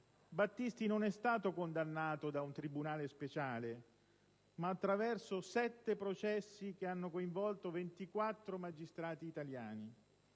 Battisti non è stato condannato da un tribunale speciale, ma attraverso sette processi che hanno coinvolto 24 magistrati italiani.